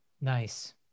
nice